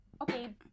Okay